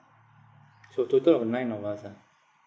so total of nine of us ah